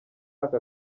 aka